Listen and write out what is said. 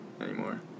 anymore